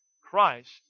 Christ